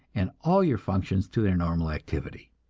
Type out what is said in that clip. and all your functions to their normal activity.